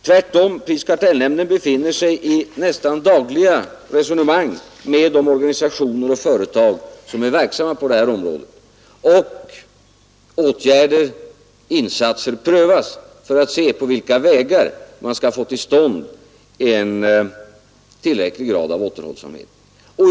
Tvärtom, prisoch kartellnämnden befinner sig i nästan dagliga resonemang med de organisationer och företag som är verksamma på området, och insatser prövas för att se på vilka vägar man skall få till stånd en tillräcklig grad av återhållsamhet.